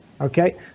okay